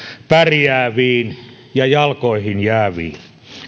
pärjääviin ja jalkoihin jääviin